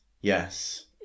yes